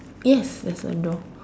yes there's a door